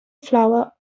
flower